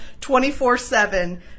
24-7